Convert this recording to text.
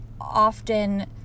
often